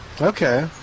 Okay